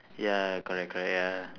ya correct correct ya